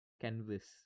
canvas